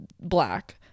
black